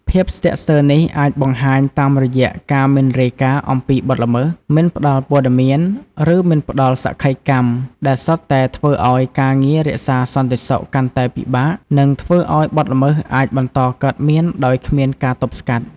ភាពស្ទាក់ស្ទើរនេះអាចបង្ហាញតាមរយៈការមិនរាយការណ៍អំពីបទល្មើស មិនផ្តល់ព័ត៌មាន ឬមិនផ្តល់សក្ខីកម្ម ដែលសុទ្ធតែធ្វើឲ្យ ការងាររក្សាសន្តិសុខកាន់តែពិបាក និងធ្វើឲ្យបទល្មើសអាចបន្តកើតមានដោយគ្មានការទប់ស្កាត់។